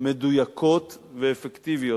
מדויקות ואפקטיביות,